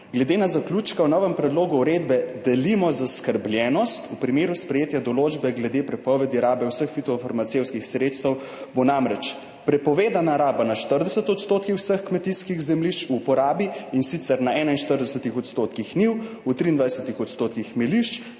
»Glede na zaključka v novem predlogu uredbe delimo zaskrbljenost v primeru sprejetja določbe glede prepovedi rabe vseh fitofarmacevtskih sredstev, bo namreč prepovedana raba na 40 % vseh kmetijskih zemljišč v uporabi in sicer na 41 % njiv, v 23 % hmeljišč,